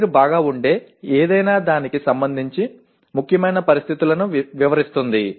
పనితీరు బాగా ఉండే ఏదైనా దానికి సమందించి ముఖ్యమైన పరిస్థితులను వివరిస్తుంది